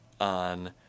on